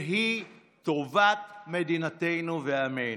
והיא טובת מדינתנו ועמנו.